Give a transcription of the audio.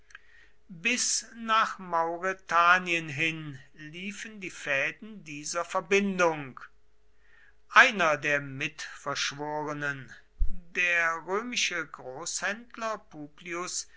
bis nach mauretanien hin liefen die fäden dieser verbindung einer der mitverschworenen der römische großhändler publius